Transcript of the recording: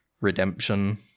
redemption